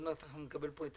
על